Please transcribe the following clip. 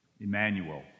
Emmanuel